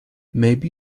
maybe